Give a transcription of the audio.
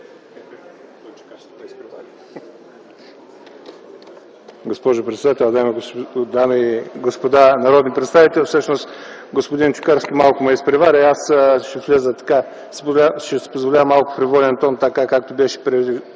Това е много